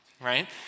right